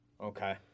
okay